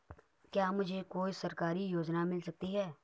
क्या मुझे कोई सरकारी योजना मिल सकती है?